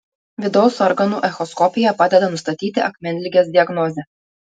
vidaus organų echoskopija padeda nustatyti akmenligės diagnozę